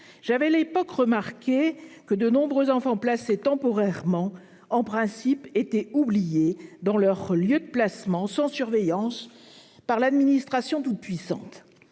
J'avais à l'époque remarqué que de nombreux enfants placés, en principe temporairement, étaient oubliés dans leur lieu de placement, sans surveillance, par l'administration toute puissante.